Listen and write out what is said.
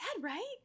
right